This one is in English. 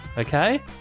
Okay